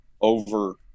over –